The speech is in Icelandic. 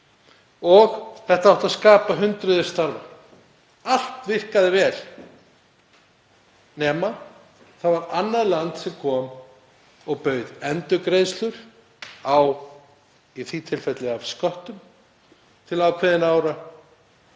og þetta átti að skapa hundruð starfa. Allt virkaði vel, nema það var annað land sem kom og bauð endurgreiðslu, í því tilfelli af sköttum, til ákveðinna ára.